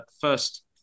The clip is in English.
first